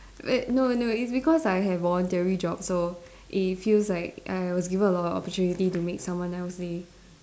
wait no no it's because I have voluntary job so it feels like I was given a lot of opportunity to make someone else day